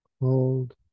Hold